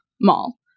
mall